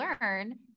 learn